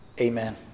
Amen